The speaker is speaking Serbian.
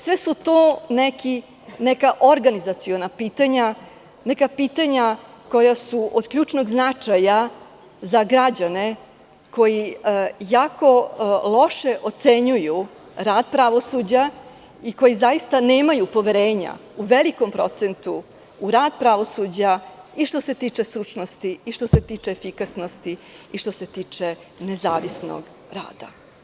Sve su to neka organizaciona pitanja, neka pitanja koja su od ključnog značaja za građane koji jako loše ocenjuju rad pravosuđa i koji zaista nemaju poverenja u velikom procentu u rad pravosuđa, i što se tiče stručnosti, i što se tiče efikasnosti i što se tiče nezavisnog rada.